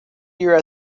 year